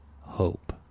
hope